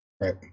Right